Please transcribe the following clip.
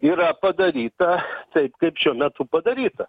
yra padaryta taip kaip šiuo metu padaryta